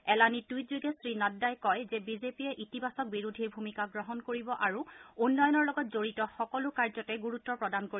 এলানি টুইট যোগে শ্ৰী নাড্ডাই কয় যে বিজেপি য়ে সকাৰম্মক বিৰোধীৰ ভূমিকা গ্ৰহণ কৰিব আৰু উন্নয়নৰ লগত জড়িত সকলো কাৰ্যতেই গুৰুত্ব প্ৰদান কৰিব